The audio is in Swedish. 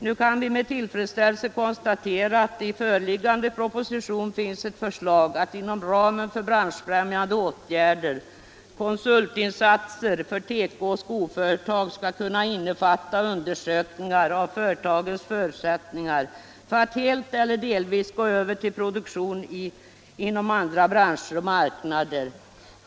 Nu kan vi med tillfredsställelse konstatera att det i den föreliggande propositionen finns ett förslag att inom ramen för branschfrämjande åtgärder konsultinsatser för tekooch skoföretag skall kunna innefatta undersökningar av företagens förutsättningar för att helt eller delvis gå över till produktion inom andra branscher och marknader.